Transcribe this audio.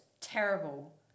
terrible